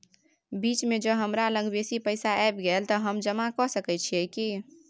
बीच म ज हमरा लग बेसी पैसा ऐब गेले त हम जमा के सके छिए की?